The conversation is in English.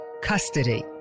custody